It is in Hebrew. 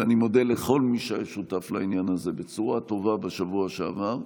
ואני מודה לכל מי שהיה שותף לעניין הזה בצורה הטובה בשבוע שעבר.